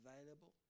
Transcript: available